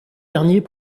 derniers